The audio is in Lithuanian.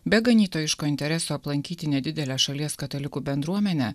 be ganytojiško intereso aplankyti nedidelę šalies katalikų bendruomenę